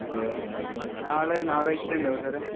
അതെയോ നാളെ ഞായറാഴ്ച്ച ഉണ്ടാകുമോ സാറേ